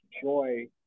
joy